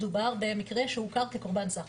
מדובר במקרה של קורבן סחר,